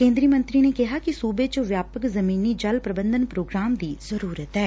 ਕੇ'ਦਰੀ ਮੰਤਰੀ ਨੇ ਕਿਹਾ ਕਿ ਸੁਬੇ ਚ ਵਿਆਪਕ ਜ਼ਮੀਨੀ ਜਲ ਪ੍ਰਬੰਧਨ ਪ੍ਰੋਗਰਾਮਾਂ ਦੀ ਜ਼ਰੂਰਤ ਐ